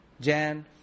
Jan